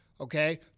Okay